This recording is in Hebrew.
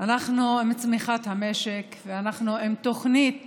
אנחנו עם צמיחת המשק ואנחנו עם תוכנית